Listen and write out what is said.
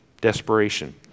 desperation